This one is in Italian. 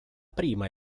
prima